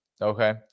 okay